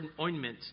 ointment